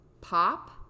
Pop